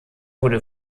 wurde